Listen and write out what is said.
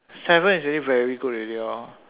seven is already very good already lor